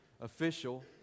official